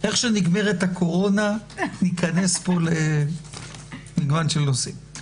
איך שנגמרת הקורונה ניכנס למגוון נושאים.